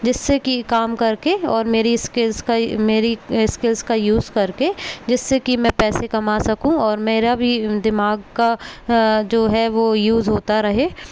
जिससे कि काम करके और मेरी स्किल्स का मेरी स्किल्स का यूज़ करके जिससे कि मैं पैसे कमा सकूँ और मेरा भी दिमाग का जो है यूज़ होता रहे